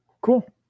Cool